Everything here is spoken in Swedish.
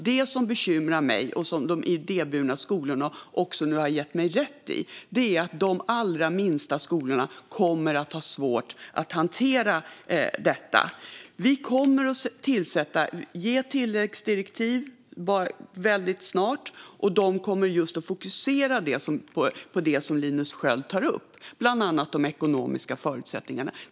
Det som bekymrar mig, vilket de idéburna skolorna nu också har gett mig rätt i, är att de allra minsta skolorna kommer att ha svårt att hantera detta. Vi kommer väldigt snart att ge tilläggsdirektiv som kommer att fokusera på just det som Linus Sköld tar upp, bland annat de ekonomiska förutsättningarna.